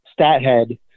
Stathead